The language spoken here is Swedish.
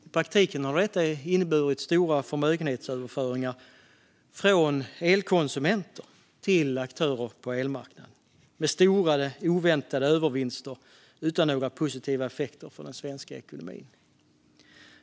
I praktiken har det inneburit stora förmögenhetsöverföringar från elkonsumenter till aktörer på elmarknaden med stora, oväntade övervinster utan några positiva effekter för den svenska ekonomin.